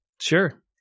Sure